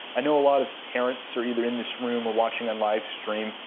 i know a lot of parents are either in this room or watching on livestream.